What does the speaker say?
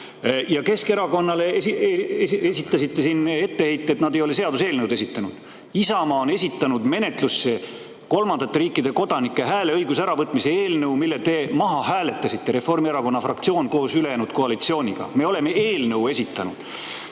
Keskerakonnale tegite siin etteheite, et nad ei ole seaduseelnõu esitanud. Isamaa on esitanud menetlusse kolmandate riikide kodanike hääleõiguse äravõtmise eelnõu, mille te maha hääletasite – Reformierakonna fraktsioon koos ülejäänud koalitsiooniga. Me oleme eelnõu esitanud